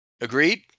Agreed